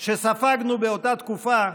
שספגנו באותה תקופה,